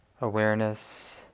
awareness